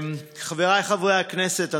חבריי חברי הכנסת,